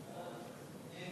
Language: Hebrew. שם החוק נתקבל.